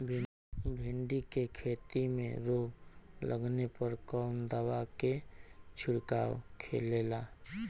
भिंडी की खेती में रोग लगने पर कौन दवा के छिड़काव खेला?